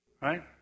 right